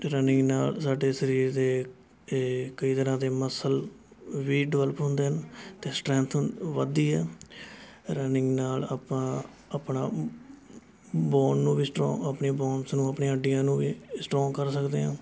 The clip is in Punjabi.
ਰਨਿੰਗ ਨਾਲ਼ ਸਾਡੇ ਸਰੀਰ ਦੇ ਕਈ ਤਰ੍ਹਾਂ ਦੇ ਮੱਸਲ ਵੀ ਡਿਵਲਪ ਹੁੰਦੇ ਹਨ ਅਤੇ ਸਟ੍ਰੈਂਥਨ ਵੱਧਦੀ ਹੈ ਰਨਿੰਗ ਨਾਲ਼ ਆਪਾਂ ਆਪਣਾ ਬੋਨ ਨੂੰ ਵੀ ਸਟ੍ਰੋਂਗ ਆਪਣੀਆਂ ਬੋਨਸ ਨੂੰ ਆਪਣੀਆਂ ਹੱਡੀਆਂ ਨੂੰ ਵੀ ਸਟ੍ਰੋਂਗ ਕਰ ਸਕਦੇ ਹਾਂ